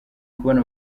kubona